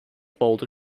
boulder